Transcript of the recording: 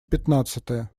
пятнадцатая